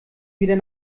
wieder